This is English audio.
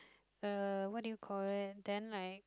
er what do you call it then like